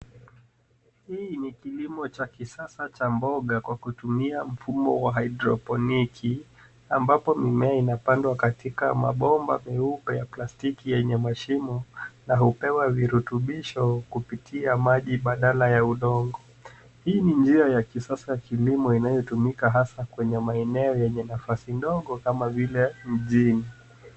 Hii ni kilimo cha kisasa cha mboga kwa kutumia mfumo wa hydroponiki ambapo mimea inapandwa katika mabomba meupe ya plastiki yenye mashimo na hupewa virutubisho kupitia maji badala ya udongo. Hii ni njia ya kisasa ya kilimo inayotumika hasa kwenye maeneo yenye nafasi ndogo kama vile mjini.